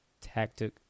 Tactic